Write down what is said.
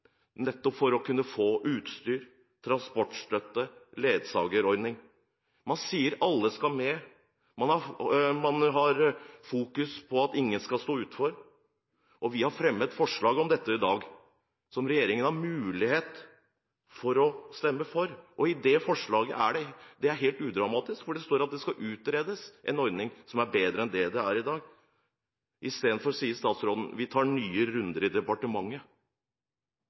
nettopp for å kunne få utstyr, transportstøtte og ledsagerordning. Man sier at alle skal med. Man har fokus på at ingen skal stå utenfor. Vi har fremmet forslag om dette i dag, som regjeringspartiene har mulighet for å stemme for. I det forslaget står det – og det er helt udramatisk – at det skal utredes en ordning som er bedre enn det den er i dag. Isteden sier statsråden: Vi tar nye runder i departementet.